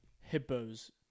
hippos